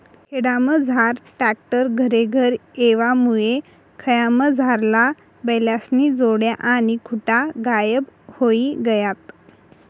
खेडामझार ट्रॅक्टर घरेघर येवामुये खयामझारला बैलेस्न्या जोड्या आणि खुटा गायब व्हयी गयात